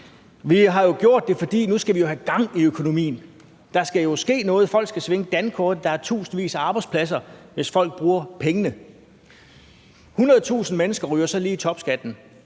Vi har jo gjort det, fordi vi nu skal have gang i økonomien. Der skal ske noget, folk skal svinge dankortet, der er tusindvis af arbejdspladser, hvis folk bruger pengene. 100.000 mennesker ryger så lige i topskatten,